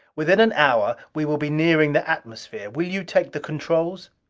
within an hour we will be nearing the atmosphere. will you take the controls?